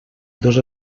dos